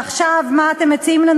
עכשיו, מה אתם מציעים לנו?